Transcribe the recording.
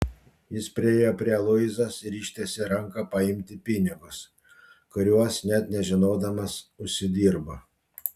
jis priėjo prie luizos ir ištiesė ranką paimti pinigus kuriuos net nežinodamas užsidirbo